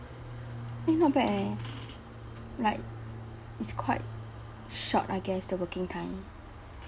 eh not bad eh like it's quite short I guess the working time